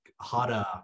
harder